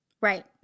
Right